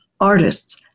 artists